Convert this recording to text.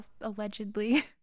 allegedly